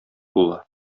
була